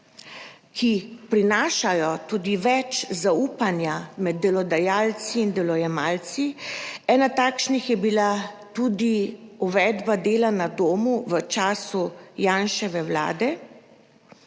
ki prinašajo tudi več zaupanja med delodajalci in delojemalci, ena takšnih je bila tudi uvedba dela na domu v času Janševe vlade,